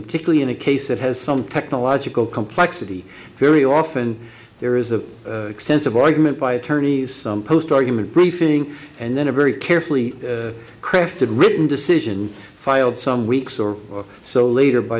particularly in a case that has some technological complexity very often there is an extensive argument by attorneys some post argument briefing and then a very carefully crafted written decision filed some weeks or so later by